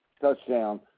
touchdown